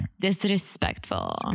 Disrespectful